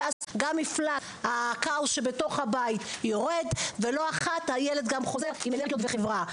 גם מפלס הכאוס שבתוך הבית יורד ולא אחת הילד גם חוזר עם אנרגיות וחברה.